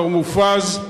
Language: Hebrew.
מר מופז,